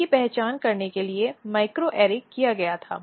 इनकी पहचान करने के लिए microarray किया गया था